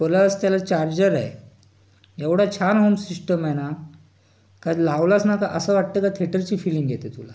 plus त्याला charger आहे एवढा छान होम सिष्टम आहे ना का लावलास ना तर असं वाटतं का थेटरची फीलिंग येते तुला